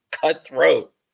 cutthroat